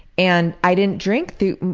and i didn't drink through.